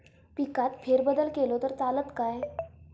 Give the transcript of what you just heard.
पिकात फेरबदल केलो तर चालत काय?